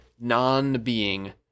non-being